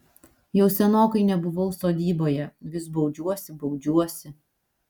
jau senokai nebuvau sodyboje vis baudžiuosi baudžiuosi